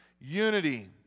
Unity